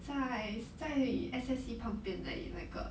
在在 S_S_C 旁边而已那个